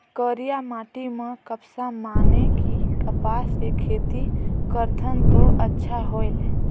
करिया माटी म कपसा माने कि कपास के खेती करथन तो अच्छा होयल?